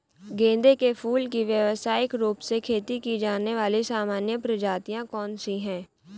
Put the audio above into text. गेंदे के फूल की व्यवसायिक रूप से खेती की जाने वाली सामान्य प्रजातियां कौन सी है?